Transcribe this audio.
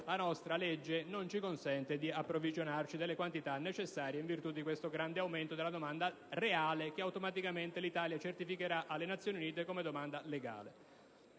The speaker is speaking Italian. italiana non consentirà di approvvigionarci delle quantità necessarie derivanti da questo grande aumento della domanda reale che automaticamente l'Italia certificherà alle Nazioni Unite come domanda legale.